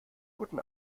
guten